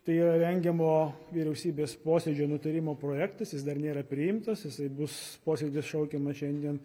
tai yra rengiamo vyriausybės posėdžio nutarimo projektas jis dar nėra priimtas jisai bus posėdis šaukiamas šiandien